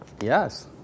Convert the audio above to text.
Yes